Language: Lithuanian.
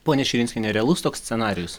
ponia širinskiene realus toks scenarijus